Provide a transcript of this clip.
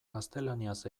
gaztelaniaz